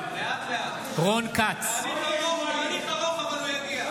אינו נוכח מאיר כהן,